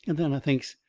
and then i thinks,